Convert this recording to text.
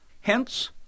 hence